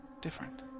different